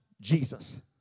Jesus